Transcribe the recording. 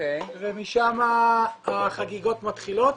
ומשם החגיגות מתחילות.